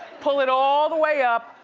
pull it all the way up,